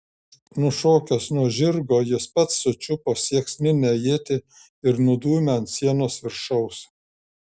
nušokęs nuo žirgo jis pats sučiupo sieksninę ietį ir nudūmė ant sienos viršaus